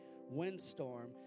windstorm